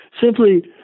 Simply